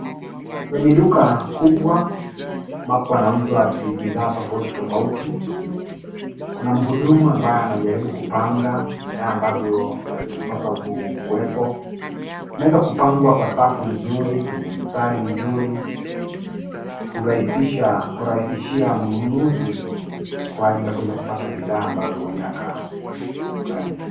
Kwenye duka kubwa ambapo wanauza bidhaa tofauti tofauti. Kuna mhudumu ambaye anajaribu kupanga bidhaa ambavyo vinapaswa kuwepo. Imeweza kupangwa kwa safu nzuri kwenye mstari nzuri kurahisishia mnunuzi kwa ajili ya kuweza kupata bidhaa ambavyo huenda akahitaji.